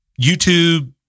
YouTube